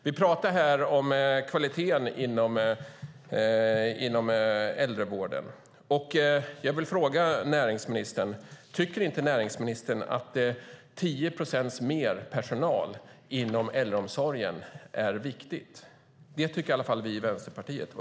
Vi talar här om kvaliteten inom äldrevården. Jag vill ställa en fråga till näringsministern. Tycker inte näringsministern att det är viktigt med 10 procent mer personal inom äldreomsorgen? Det tycker i alla fall vi i Vänsterpartiet.